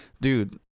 dude